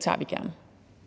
tager vi gerne.